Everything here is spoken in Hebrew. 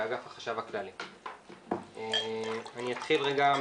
בהזדמנות הזאת אני רוצה לברך אותך שוב אישית,